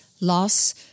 loss